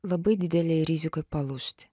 labai didelėj rizikoj palūžti